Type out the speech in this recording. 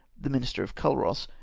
the minister of culross,